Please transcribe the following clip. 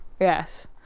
Yes